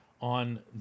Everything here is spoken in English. on